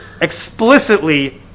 explicitly